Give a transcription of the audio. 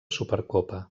supercopa